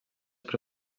per